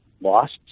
lost